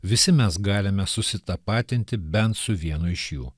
visi mes galime susitapatinti bent su vienu iš jų